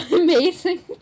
amazing